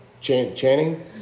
Channing